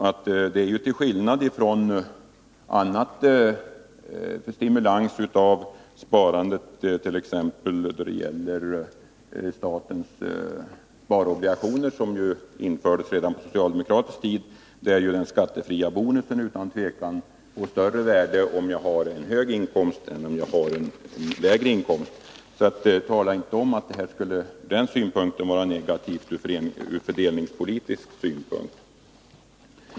Vi har här en skillnad från annan stimulans till sparande, t.ex. då det gäller statens sparobligationer, som ju infördes redan på socialdemokratisk tid och där den skattefria bonusen otvivelaktigt får större värde om jag har en större inkomst än om jag har en lägre inkomst. Säg därför inte att skattesparandet och skattefondssparandet skulle vara negativt ur fördelningspolitisk synpunkt.